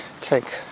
take